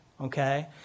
okay